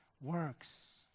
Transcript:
works